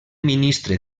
ministre